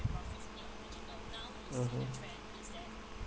mmhmm